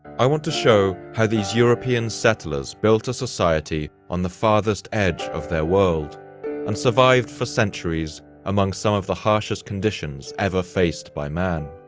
i want to show how these european settlers built a society on the farthest edge of their world and survived for centuries among some of the harshest conditions ever faced by man.